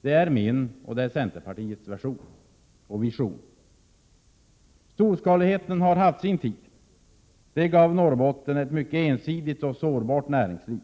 Det är min och centerns vision. Storskaligheten har haft sin tid. Det gav Norrbotten ett mycket ensidigt och sårbart näringsliv.